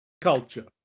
culture